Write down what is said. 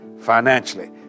financially